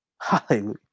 Hallelujah